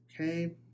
Okay